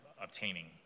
obtaining